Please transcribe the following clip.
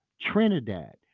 Trinidad